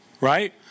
Right